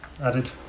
added